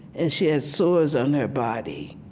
and she had sores on her body,